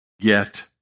Get